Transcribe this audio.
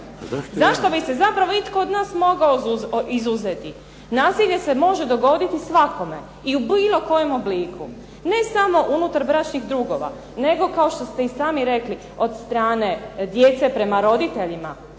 Zašto bi se zapravo itko od nas mogao izuzeti. Nasilje se može dogoditi svakome i u bilo kojem obliku, ne samo unutar bračnih drugova nego kao što ste i sami rekli od strane djece prema roditeljima,